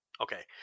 Okay